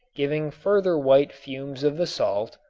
giving further white fumes of the salt,